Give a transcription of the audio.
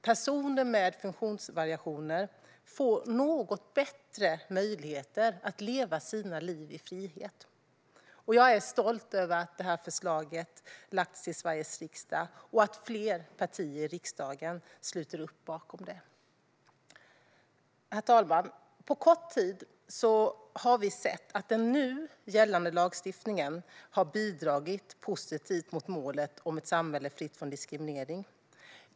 Personer med funktionsvariationer får något bättre möjligheter att leva sina liv i frihet. Jag är stolt över att detta förslag har lagts fram till Sveriges riksdag och att fler partier i riksdagen sluter upp bakom det. Herr talman! På kort tid har vi sett att den nu gällande lagstiftningen har bidragit till att nå målet om ett samhälle fritt från diskriminering.